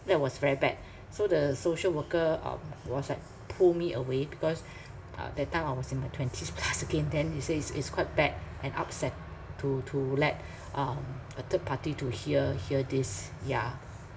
that was very bad so the social worker um was like pull me away because uh that time I was in my twenties plus again then he say it's it's quite bad and upset to to let um a third party to hear hear this yeah